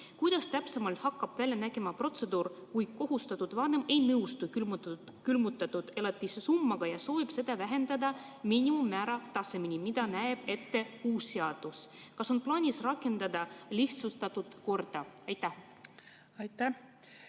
kuidas täpsemalt hakkab välja nägema protseduur, kui kohustatud vanem ei nõustu külmutatud elatise summaga ja soovib seda vähendada miinimummäärani, mille näeb ette uus seadus? Kas on plaanis rakendada lihtsustatud korda? Aitäh!